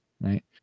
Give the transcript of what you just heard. right